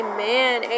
Amen